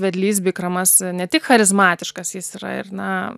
vedlys bikramas ne tik charizmatiškas jis yra ir na